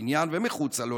בבניין ומחוצה לו,